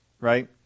Right